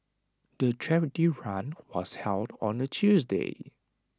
the charity run was held on A Tuesday